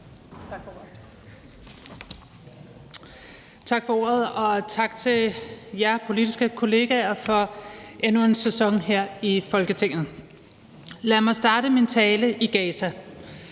Tak for ordet. Tak til jer politiske kollegaer for endnu en sæson her i Folketinget. Lad mig starte min tale i Gaza,